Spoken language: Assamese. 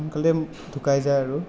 সোনকালতে ঢুকাই যায় আৰু